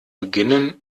beginnen